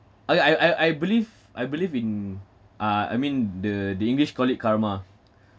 I I I I believe I believe in uh I mean the the english called it karma